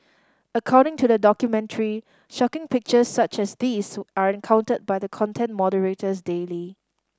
according to the documentary shocking pictures such as these are encountered by the content moderators daily